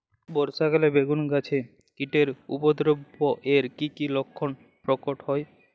বর্ষা কালে বেগুন গাছে কীটের উপদ্রবে এর কী কী লক্ষণ প্রকট হয়?